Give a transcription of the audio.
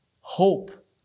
hope